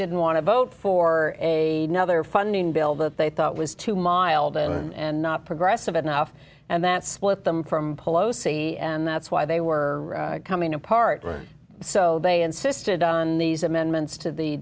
didn't want to vote for a nother funding bill that they thought was too mild and not progressive enough and that split them from palosi and that's why they were coming apart so they insisted on these amendments to the